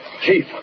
Chief